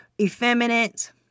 effeminate